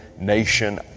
nation